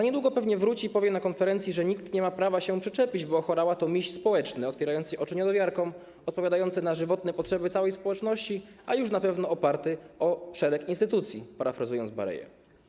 Niedługo pewnie wróci i powie na konferencji, że nikt nie ma prawa się przyczepić, bo Horała to miś społeczny, otwierający oczy niedowiarkom, odpowiadający na żywotne potrzeby całej społeczności, a już na pewno oparty o szereg instytucji, parafrazując Bareję.